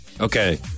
Okay